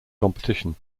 competition